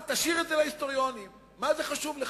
תשאיר את זה להיסטוריונים, מה זה חשוב לך?